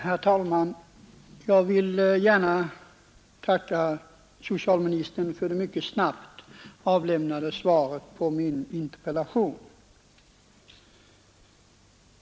Herr talman! Jag vill gärna tacka socialministern för det mycket snabbt avlämnade svaret på min interpellation.